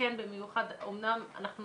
אמנם אנחנו